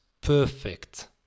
perfect